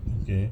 okay